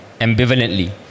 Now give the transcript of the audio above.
ambivalently